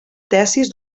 tesis